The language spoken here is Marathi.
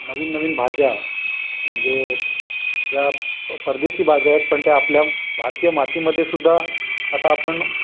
नवीन नवीन भाज्या म्हणजे ज्या प परदेशी भाज्या आहेत पण त्या आपल्या भारतीय मातीमध्येसुद्धा आता आपण